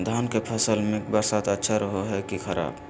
धान के फसल में बरसात अच्छा रहो है कि खराब?